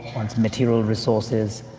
one's material resources,